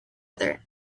other